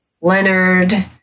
Leonard